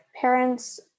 parents